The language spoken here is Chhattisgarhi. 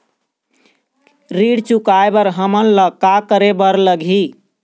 ऋण चुकाए बर हमन ला का करे बर लगही?